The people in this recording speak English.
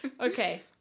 Okay